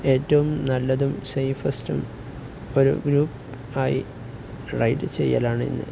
ഏറ്റവും നല്ലതും സേഫസ്റ്റും ഒരു ഗ്രൂപ്പ് ആയി റൈഡ് ചെയ്യലാണ് ഇന്ന്